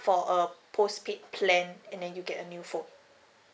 for a postpaid plan and then you get a new phone